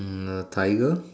hmm a tiger